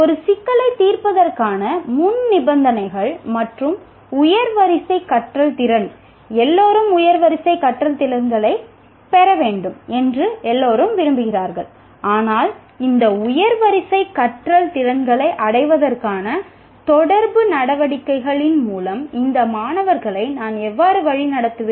ஒரு சிக்கலைத் தீர்ப்பதற்கான முன்நிபந்தனைகள் மற்றும் உயர் வரிசை கற்றல் திறன் எல்லோரும் உயர் வரிசை கற்றல் திறன்களைப் பெற வேண்டும் என்று எல்லோரும் விரும்புகிறார்கள் ஆனால் இந்த உயர் வரிசை கற்றல் திறன்களை அடைவதற்கான தொடர் நடவடிக்கைகளின் மூலம் இந்த மாணவர்களை நான் எவ்வாறு வழிநடத்துவேன்